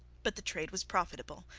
but the trade was profitable,